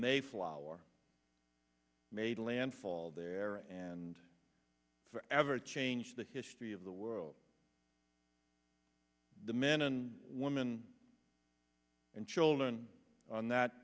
mayflower made landfall there and forever changed the history of the world the men and women and children on that